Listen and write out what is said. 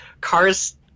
Cars